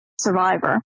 survivor